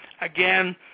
Again